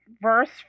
verse